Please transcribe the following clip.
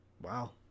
Wow